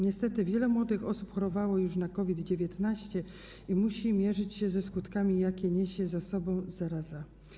Niestety wiele młodych osób chorowało już na COVID-19 i musi mierzyć się ze skutkami, jakie niesie ze sobą zaraza.